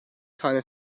tane